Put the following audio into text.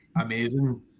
amazing